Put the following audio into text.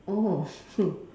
oh